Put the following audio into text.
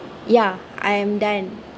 ya I'm done